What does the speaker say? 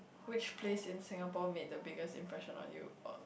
which place in Singapore made the biggest impression on you uh